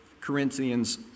Corinthians